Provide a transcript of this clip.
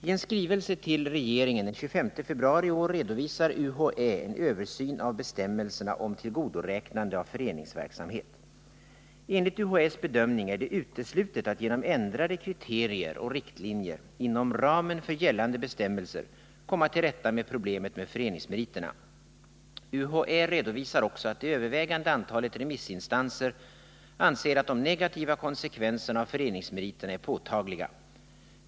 Ien skrivelse till regeringen den 25 februari i år redovisar UHÄ en översyn av bestämmelserna om tillgodoräknande av föreningsverksamhet. Enligt UHÄ:s bedömning är det uteslutet att genom ändrade kriterier och riktlinjer inom ramen för gällande bestämmelser komma till rätta med problemet med föreningsmeriterna. UHÄ redovisar också att det övervägande antalet remissinstanser anser att de negativa konsekvenserna av föreningsmeriterna är påtagliga.